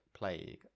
Plague